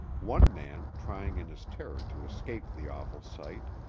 one man, trying in his terror to escape the awful sight,